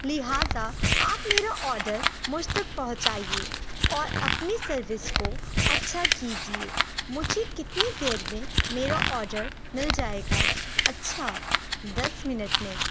لہٰذا آپ میرا آڈر مجھ تک پہنچائیے اور اپنی سروس کو اچھا کیجیے مجھے کتنی دیر میں میرا آڈر مل جائے گا اچھا دس منٹ میں